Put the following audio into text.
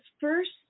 first